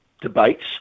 debates